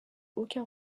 aucun